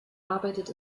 arbeitet